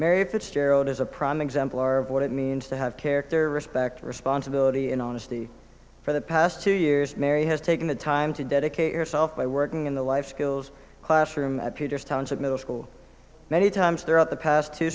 mary fitzgerald is a prime example our of what it means to have character respect responsibility and honesty for the past two years mary has taken the time to dedicate yourself by working in the life skills classroom at peters township middle school many times throughout the past two